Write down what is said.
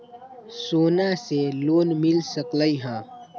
सोना से लोन मिल सकलई ह?